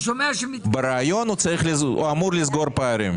ברעיון הוא אמור לסגור פערים.